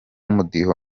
umudiho